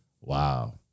Wow